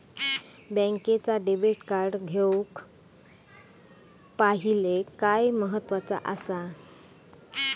बँकेचा debit card घेउक पाहिले काय महत्वाचा असा?